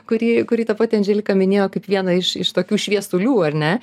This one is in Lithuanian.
kurį kurį ta pati andželika minėjo kaip vieną iš iš tokių šviesulių ar ne